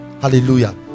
hallelujah